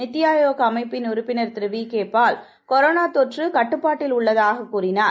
நிதி ஆயோக் அமைப்பின் உறுப்பினர் திரு வி கே பால் கொரோனா தொற்று கட்டுப்பாட்டில் உள்ளதாக கூறினார்